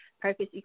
purpose